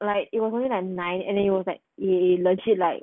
like it was only like nine and then it was like eh legit like